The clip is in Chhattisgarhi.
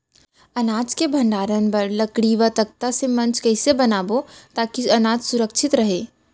अनाज के भण्डारण बर लकड़ी व तख्ता से मंच कैसे बनाबो ताकि अनाज सुरक्षित रहे?